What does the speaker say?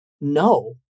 no